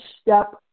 step